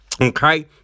Okay